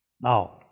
Now